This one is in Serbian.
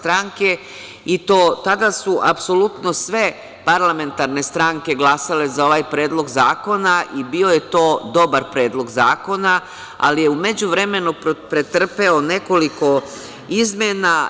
Tada su apsolutno sve parlamentarne stranke glasale za ovaj predlog zakona i bio je to dobar predlog zakona, ali je u međuvremenu pretrpeo nekoliko izmena.